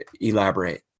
Elaborate